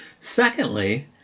Secondly